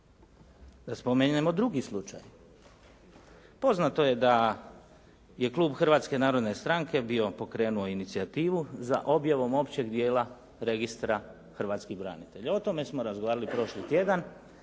da spomenemo drugi slučaj. Poznato je da je klub Hrvatske narodne stranke bio pokrenuo inicijativu za objavom općeg dijela registra hrvatskih branitelja. O tome smo razgovarali prošli tjedan.